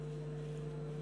(תיקוני